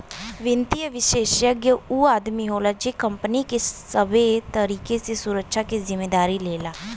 वित्तीय विषेशज्ञ ऊ आदमी होला जे कंपनी के सबे तरीके से सुरक्षा के जिम्मेदारी लेला